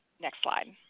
next slide.